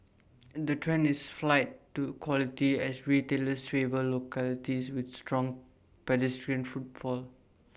the trend is flight to quality as retailers favour localities with strong pedestrian footfall